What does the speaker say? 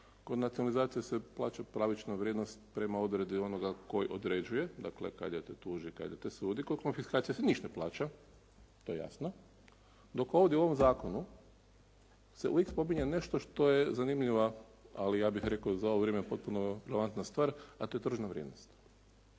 kod nacionalizacije se plaća pravična vrijednost prema odredbi onoga koji određuje, dakle "kadija te tuži, kadija ti sudi", kod konfiskacije se ništa ne plaća, to je jasno. Dok ovdje u ovome zakonu se uvijek spominje nešto što je zanimljiva ali ja bih rekao za ovo vrijeme potpuno relevantna stvar a to je tržna vrijednost.